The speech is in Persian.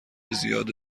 زیاد